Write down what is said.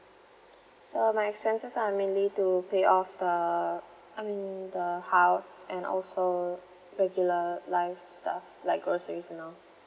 so my expenses are mainly to pay off the I mean the house and also regular life stuff like groceries and all